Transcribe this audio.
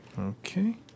Okay